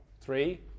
three